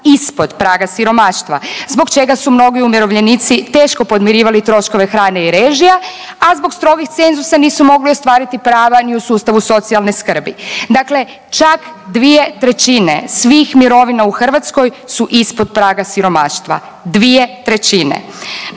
ispod praga siromaštva zbog čega su mnogi umirovljenici teško podmirivali troškove hrane i režija, a zbog strogih cenzusa nisu mogli ostvariti prava ni u sustavu socijalne skrbi. Dakle, čak dvije trećine svih mirovina u Hrvatskoj su ispod praga siromaštva, dvije trećine.